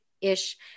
ish